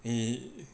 你